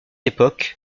époque